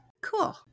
Cool